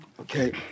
Okay